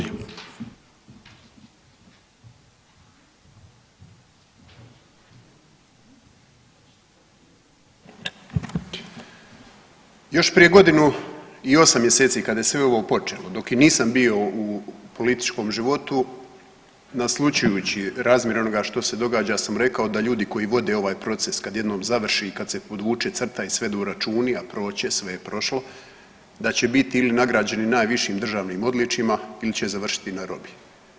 Još prije godinu i 8 mjeseci kada je sve ovo počelo dok i nisam bio u političkom životu naslućujući razmjer onoga što se događa ja sam rekao da ljudi koji vode ovaj proces kad jednom završi i kad se podvuče crta i svedu računi, a proći će, sve je prošlo, da će biti ili nagrađeni najvišim državnim odličjima ili će završiti na robiji.